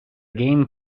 game